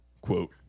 quote